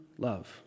love